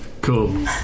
Cool